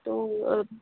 तो